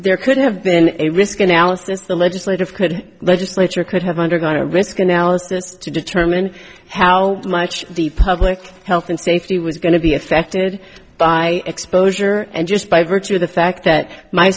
there could have been a risk analysis the legislative could legislature could have undergone a risk analysis to determine how much the public health and safety was going to be affected by exposure and just by virtue of the fact that m